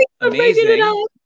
amazing